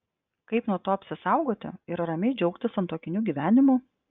kaip nuo to apsisaugoti ir ramiai džiaugtis santuokiniu gyvenimu